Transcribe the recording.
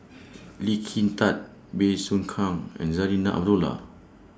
Lee Kin Tat Bey Soo Khiang and Zarinah Abdullah